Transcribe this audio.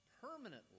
permanently